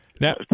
now